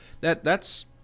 that—that's